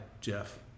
Jeff